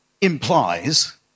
implies